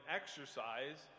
exercise